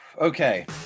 Okay